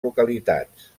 localitats